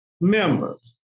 members